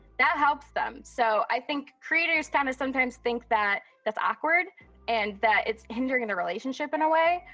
that helps them. so, i think creators kind of sometimes think that, that's awkward and that it's hindering the relationship in a way,